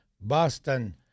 Boston